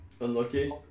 Unlucky